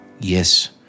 Yes